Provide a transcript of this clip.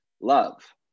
love